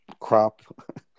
crop